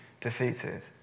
defeated